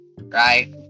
right